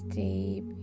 deep